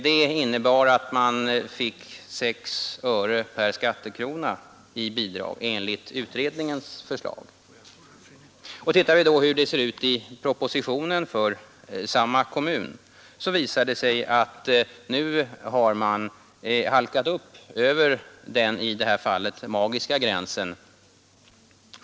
Det innebar att man fick 6 öre per skattekrona i bidrag enligt utredningens förslag. Tittar vi på hur det ser ut enligt propositionen för samma kommun, visar det sig att nu har man halkat upp över den i det här fallet magiska gränsen.